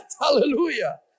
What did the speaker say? Hallelujah